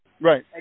Right